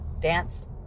dance